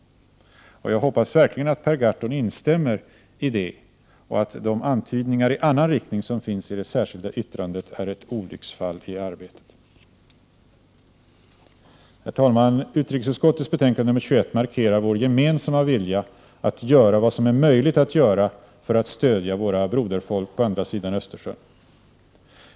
Jag hoppas verkligen att Per Gahrton instämmer i det och att de antydningar i annan riktning som finns i det särskilda yttrandet är ett olycksfall i arbetet. Herr talman! Utrikesutskottets betänkande nr 21 markerar vår gemensamma vilja att göra vad som är möjligt att göra för att stödja våra broderfolk på andra sidan Östersjön.